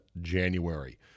January